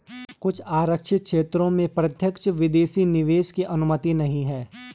कुछ आरक्षित क्षेत्रों में प्रत्यक्ष विदेशी निवेश की अनुमति नहीं है